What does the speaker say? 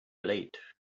late